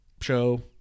show